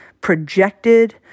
projected